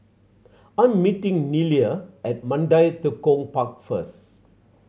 I'm meeting Nelia at Mandai Tekong Park first